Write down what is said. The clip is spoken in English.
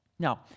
Now